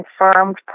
confirmed